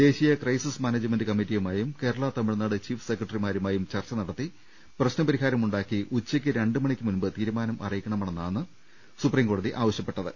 ദേശീയ crisis management കമ്മിറ്റിയുമായും Kerala Tamil Nadu chief സെക്ര ട്ടറിമാരുമായും ചർച്ച നടത്തി പ്രശ്നപരിഹാരമുണ്ടാക്കി ഉച്ചയ്ക്ക് രണ്ടുമണിക്കുമുമ്പ് തീരുമാനം അറിയിക്കണമെന്നാണ് സുപ്രീംകോടതി ആവശ്യപ്പെട്ടത്